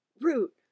Root